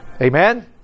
Amen